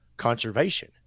conservation